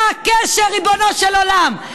מה הקשר, ריבונו של עולם?